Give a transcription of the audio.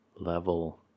level